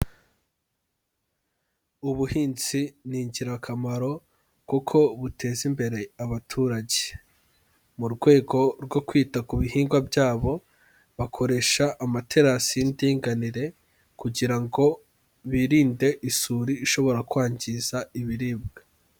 Ubuhinzi ni ingirakamaro kuko buteza imbere abaturage. Mu rwego rwo kwita ku bihingwa byabo bakoresha amaterasi y'indinganire kugira ngo birinde isuri ishobora kwangiza ibiribwa.